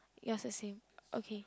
yours the same okay